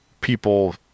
people